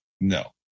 No